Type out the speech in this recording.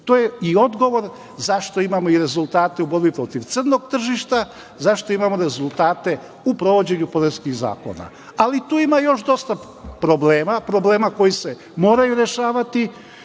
To je i odgovor zašto imamo i rezultate u borbi protiv crnog tržišta, zašto imamo rezultate u provođenju poreskih zakona. Tu ima još dosta problema. Problema koji se moraju rešavati